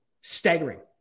staggering